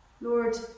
Lord